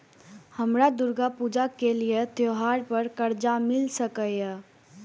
हमरा दुर्गा पूजा के लिए त्योहार पर कर्जा मिल सकय?